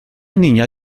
niña